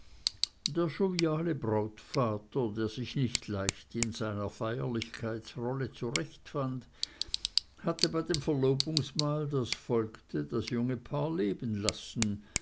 der joviale brautvater der sich nicht leicht in seiner feierlichkeitsrolle zurechtfand hatte bei dem verlobungsmahl das folgte das junge paar leben lassen